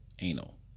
anal